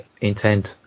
intent